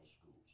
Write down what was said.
schools